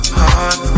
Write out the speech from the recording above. heart